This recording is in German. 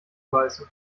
beißen